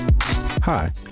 Hi